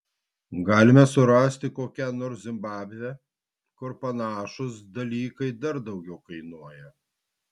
galime surasti kokią nors zimbabvę kur panašūs dalykai dar daugiau kainuoja